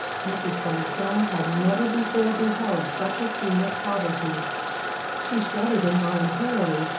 mrs. beauchamp had never before beheld such a scene of poverty she shuddered involuntarily,